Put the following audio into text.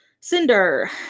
Cinder